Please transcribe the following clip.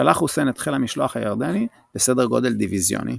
שלח חוסיין את חיל המשלוח הירדני בסדר גודל דיוויזיוני.